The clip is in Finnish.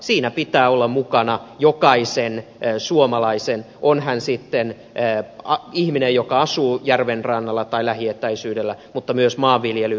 siinä pitää olla mukana jokaisen suomalaisen on hän sitten ihminen joka asuu järven rannalla tai lähietäisyydellä tai maanvilje lijä